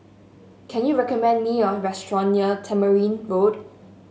can you recommend me a restaurant near Tamarind Road